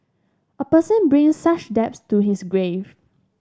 a person brings such debts to his grave